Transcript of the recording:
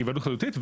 בהיוועדות חזותית,